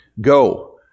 go